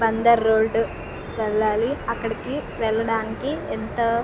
Bandar road వెళ్ళాలి అక్కడికి వెళ్ళడానికి ఎంత